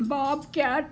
bob cat